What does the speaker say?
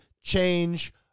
change